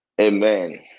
amen